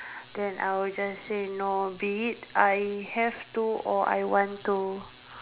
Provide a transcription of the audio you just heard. then I will just say no be it I have to or I want to